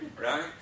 right